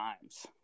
times